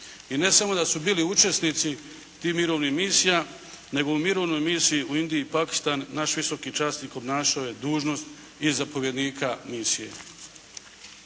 I ne samo da su bili učesnici tih mirovnih misija, nego u mirovnoj misiji u Indiji, Pakistan, naš visoki časnik obnašao je dužnost i zapovjednika misije.